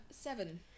seven